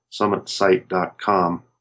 summitsite.com